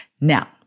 Now